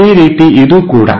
ಅದೇ ರೀತಿ ಇದು ಕೂಡ